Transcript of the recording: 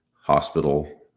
hospital